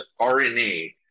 RNA